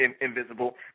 invisible